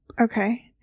Okay